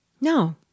no